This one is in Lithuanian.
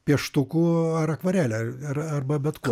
pieštuku ar akvarele ar arba bet kuo